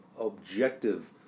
objective